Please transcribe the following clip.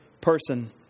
person